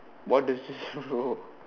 what does this bro